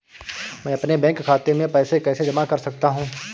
मैं अपने बैंक खाते में पैसे कैसे जमा कर सकता हूँ?